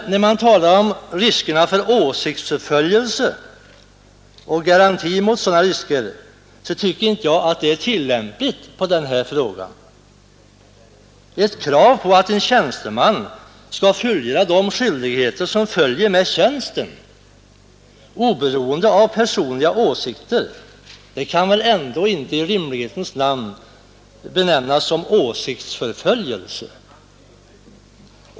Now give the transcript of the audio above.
Men talet om riskerna för åsiktsförföljelse och garantierna mot åsiktsförföljelse tycker jag inte är tillämpliga på denna fråga. Ett krav på att en tjänsteman skall fullgöra de skyldigheter som följer med tjänsten, oberoende av personliga åsikter, kan väl i rimlighetens namn inte benämnas åsiktsförföljelse!